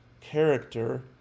character